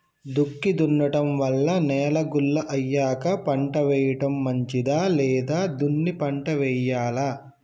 దుక్కి దున్నడం వల్ల నేల గుల్ల అయ్యాక పంట వేయడం మంచిదా లేదా దున్ని పంట వెయ్యాలా?